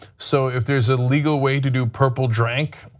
so, if there is a legal way to do purple drank,